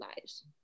lives